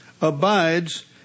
abides